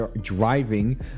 driving